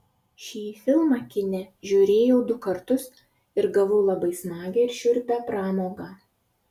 šį filmą kine žiūrėjau du kartus ir gavau labai smagią ir šiurpią pramogą